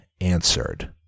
answered